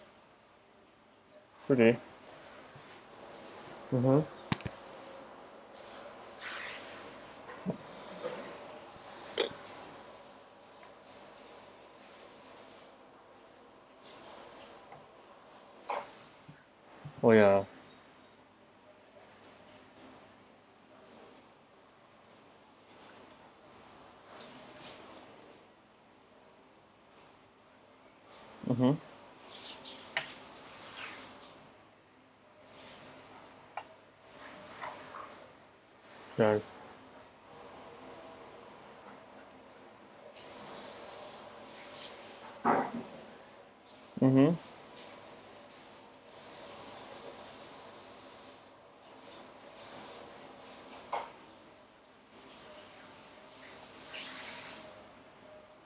okay mmhmm oh ya mmhmm okay mmhmm